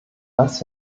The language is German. das